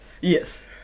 Yes